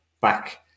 back